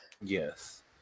yes